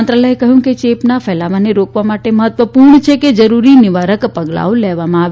મંત્રાલયે કહ્યું કે ચેપના ફેલાવાને રોકવા માટે મહત્વપૂર્ણ છે કેજરૂરી નિવારક પગલાં લેવામાં આવે